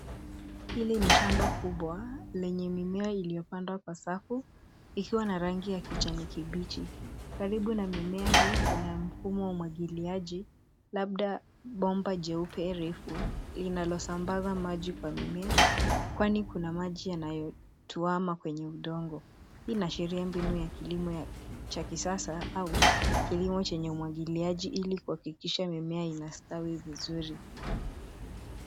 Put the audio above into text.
Hili ni shamba kubwa lenye mimea iliyopandwa kwa safu ikiwa na rangi ya kijani kibichi. Karibu na mimea hii, kuna mfumo wa umwagiliaji, labda bomba jeupe refu linalosambaza maji kwa mimea, kwani kuna maji yanayotuama kwenye udongo. Hii inaashiria mbinu ya kilimo cha kisasa au kilimo chenye umwagiliaji ili kuhakikisha mimea inastawi vizuri.